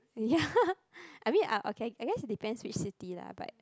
ya I mean I okay I guess depends your city lah but